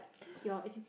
your educate